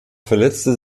verletzte